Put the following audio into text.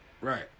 Right